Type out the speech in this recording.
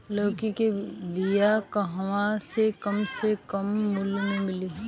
लौकी के बिया कहवा से कम से कम मूल्य मे मिली?